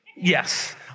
Yes